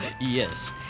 Yes